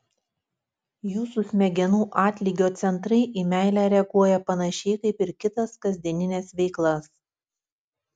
jūsų smegenų atlygio centrai į meilę reaguoja panašiai kaip ir kitas kasdienines veiklas